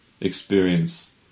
experience